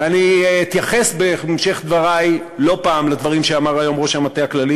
ואני אתייחס בהמשך דברי לא פעם לדברים שאמר היום ראש המטה הכללי,